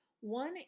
One